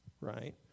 right